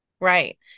Right